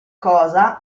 cosa